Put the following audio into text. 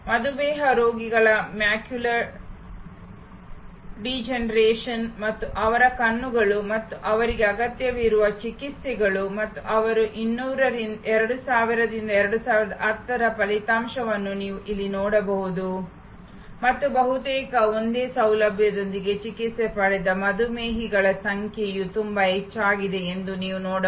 ಮಧುಮೇಹ ರೋಗಿಗಳ macular degeneration ಮತ್ತು ಅವರ ಕಣ್ಣುಗಳು ಮತ್ತು ಅವರಿಗೆ ಅಗತ್ಯವಿರುವ ಚಿಕಿತ್ಸೆಗಳು ಮತ್ತು ಅವರ 2000 ರಿಂದ 2010 ರ ಫಲಿತಾಂಶವನ್ನು ನೀವು ಇಲ್ಲಿ ನೋಡಬಹುದು ಮತ್ತು ಬಹುತೇಕ ಒಂದೇ ಸೌಲಭ್ಯದೊಂದಿಗೆ ಚಿಕಿತ್ಸೆ ಪಡೆದ ಮಧುಮೇಹಿಗಳ ಸಂಖ್ಯೆಯು ತುಂಬಾ ಹೆಚ್ಚಾಗಿದೆ ಎಂದು ನೀವು ನೋಡಬಹುದು